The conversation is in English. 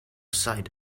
side